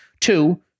Two